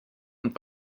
und